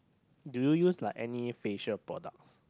do you use like any facial products